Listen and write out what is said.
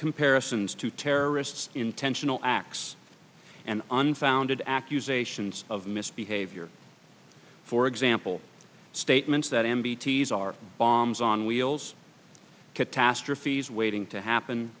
comparisons to terrorists intentional acts and unfounded accusations of misbehavior for example statements that m b t's are bombs on wheels catastrophes waiting to happen